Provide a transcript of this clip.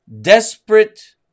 desperate